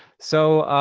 so,